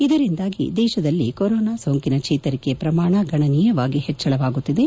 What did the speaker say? ಇದರಿಂದಾಗಿ ದೇಶದಲ್ಲಿ ಕೊರೋನಾ ಸೋಂಕಿನ ಚೇತರಿಕೆ ಪ್ರಮಾಣ ಗಣನೀಯವಾಗಿ ಹೆಚ್ಚಳವಾಗುತ್ತಿದೆ